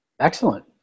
Excellent